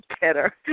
better